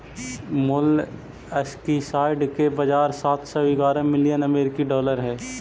molluscicide के बाजार सात सौ ग्यारह मिलियन अमेरिकी डॉलर हई